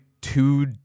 two